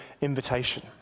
invitation